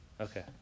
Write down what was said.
Okay